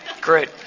Great